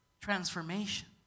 transformation